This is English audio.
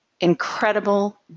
incredible